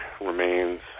remains